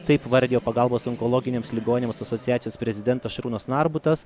taip vardijo pagalbos onkologiniams ligoniams asociacijos prezidentas šarūnas narbutas